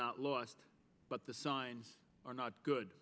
not lost but the signs are not good